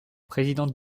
président